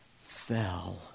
fell